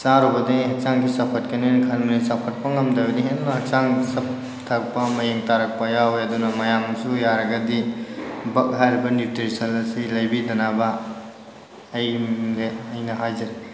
ꯆꯥꯔꯨꯕꯗꯩ ꯍꯛꯆꯥꯡꯁꯤ ꯆꯥꯎꯈꯠꯀꯅꯦꯅ ꯈꯟꯕꯅꯤ ꯆꯥꯎꯈꯠꯄ ꯉꯝꯗꯕꯗꯩ ꯍꯦꯟꯅ ꯍꯛꯆꯥꯡ ꯆꯞ ꯊꯔꯛꯄ ꯃꯌꯦꯡ ꯇꯥꯔꯛꯄ ꯌꯥꯎꯋꯦ ꯑꯗꯨꯅ ꯃꯌꯥꯝꯁꯨ ꯌꯥꯔꯒꯗꯤ ꯕꯛ ꯍꯥꯏꯔꯤꯕ ꯅ꯭ꯌꯨꯇ꯭ꯔꯤꯁꯟ ꯑꯁꯤ ꯂꯩꯕꯤꯗꯅꯕ ꯑꯩꯅ ꯑꯩꯅ ꯍꯥꯏꯖꯔꯤ